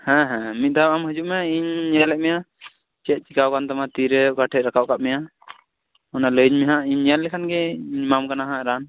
ᱦᱮᱸ ᱦᱮᱸ ᱢᱤᱫᱽᱫᱷᱟᱣ ᱟᱢ ᱦᱤᱡᱩᱜᱢᱮ ᱤᱧᱤᱧ ᱧᱮᱞᱮᱫ ᱢᱮᱭᱟ ᱪᱮᱫ ᱪᱤᱠᱟᱹ ᱟᱠᱟᱱ ᱛᱟᱢᱟ ᱛᱤᱨᱮ ᱚᱠᱟᱴᱷᱮᱱ ᱨᱟᱠᱟᱵ ᱟᱠᱟᱫ ᱢᱮᱭᱟ ᱚᱱᱟ ᱞᱟ ᱭᱟ ᱧ ᱢᱮ ᱦᱟᱜ ᱤᱧ ᱧᱮᱞ ᱞᱮᱠᱷᱟᱱ ᱜᱮ ᱮᱢᱟᱢ ᱠᱟᱱᱟ ᱦᱟᱜ ᱨᱟᱱ